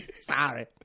Sorry